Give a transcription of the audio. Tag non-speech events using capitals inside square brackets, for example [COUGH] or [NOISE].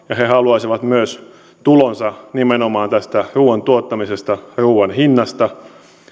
[UNINTELLIGIBLE] ja he haluisivat myös tulonsa nimenomaan tästä ruuan tuottamisesta ruuan hinnasta